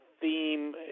theme